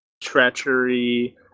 treachery